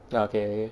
ah okay